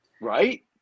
Right